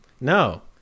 No